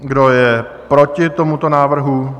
Kdo je proti tomuto návrhu?